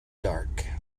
dark